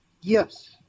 Yes